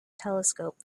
telescope